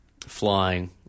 flying